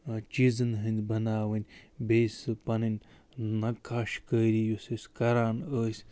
چیٖزَن ۂنٛدۍ بناوٕنۍ بیٚیہِ سُہ پَنٕنۍ نقاش کٲری یُس أسۍ کران ٲسۍ